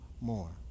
more